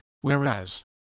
whereas